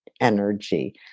energy